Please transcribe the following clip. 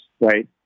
right